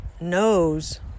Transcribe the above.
knows